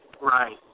Right